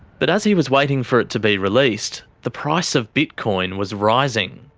but as he was waiting for it to be released, the price of bitcoin was rising.